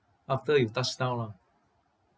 after it touch down lah